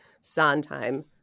Sondheim